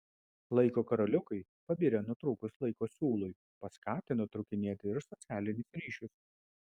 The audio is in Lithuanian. laiko karoliukai pabirę nutrūkus laiko siūlui paskatino trūkinėti ir socialinius ryšius